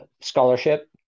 scholarship